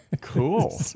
Cool